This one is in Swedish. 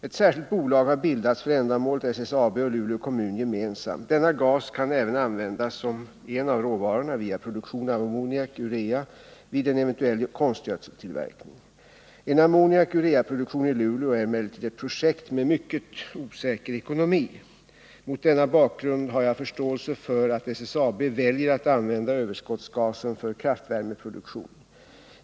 Ett särskilt bolag har bildats för ändamålet av SSAB och Luleå kommun gemensamt. Denna gas kan även användas som en av råvarorna — via produktion av ammoniak ureaproduktion i Luleå är emellertid ett projekt med mycket osäker ekonomi. Mot denna bakgrund har jag förståelse för att SSAB väljer att använda överskottsgasen för kraftvärmeproduktion.